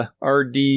RD